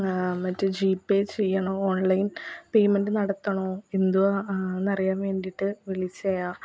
മറ്റേ G Pay ചെയ്യണോ online payment നടത്തണോ എന്തുവ എന്നറിയാൻ വേണ്ടിയിട്ട് വിളിച്ചയാ